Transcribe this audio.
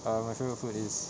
err my favourite food is